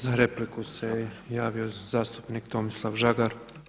Za repliku se javio zastupnik Tomislav Žagar.